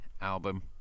album